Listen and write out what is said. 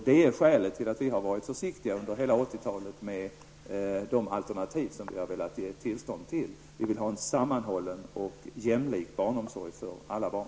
Det är skälet till att vi under hela 80-talet har varit försiktiga med tillstånd till alternativ. Vi vill ha en sammanhållen och jämlik barnomsorg för alla barn.